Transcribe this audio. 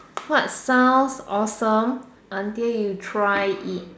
what sounds awesome until you try it